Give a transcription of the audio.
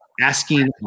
asking